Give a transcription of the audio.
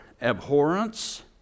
abhorrence